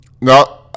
No